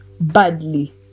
Badly